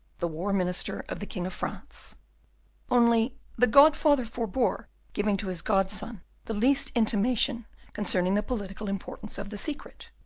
the war minister of the king of france only the godfather forbore giving to his godson the least intimation concerning the political importance of the secret,